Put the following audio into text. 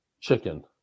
chicken